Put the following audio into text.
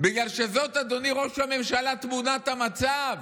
בגלל שזאת תמונת המצב,